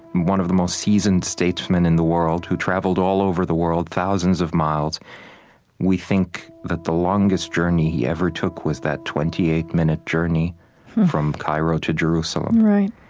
one of the most seasoned statesmen in the world, who traveled all over the world thousands of miles we think that the longest journey he ever took was that twenty eight minute journey from cairo to jerusalem, right,